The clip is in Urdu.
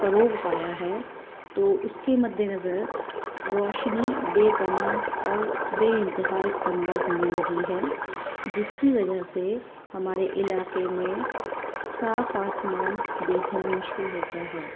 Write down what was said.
فروغ پایا ہے تو اُس کے مدِ نظر روشنی بے پناہ اور بے اِنتہا استعمال ہونے لگی ہے جس کی وجہ سے ہمارے علاقے میں صاف آسمان دیکھنا مشکل ہوتا ہے